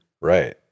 Right